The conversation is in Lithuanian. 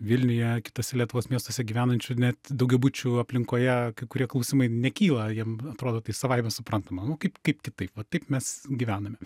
vilniuje kituose lietuvos miestuose gyvenančių net daugiabučių aplinkoje kai kurie klausimai nekyla jiem atrodo tai savaime suprantama nu kaip kaip kitaip va taip mes gyvename